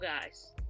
guys